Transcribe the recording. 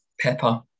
pepper